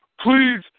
Please